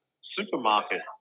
Supermarket